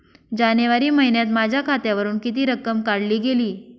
जानेवारी महिन्यात माझ्या खात्यावरुन किती रक्कम काढली गेली?